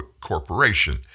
corporation